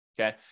okay